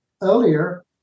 earlier